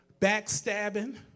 backstabbing